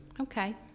Okay